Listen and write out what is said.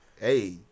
Hey